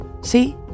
See